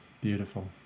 beautiful